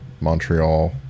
Montreal